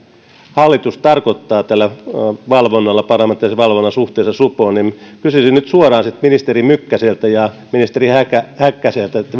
hallitus tarkoittaa tällä parlamentaarisella valvonnalla suhteessa supoon niin kysyisin nyt suoraan ministeri mykkäseltä ja ministeri häkkäseltä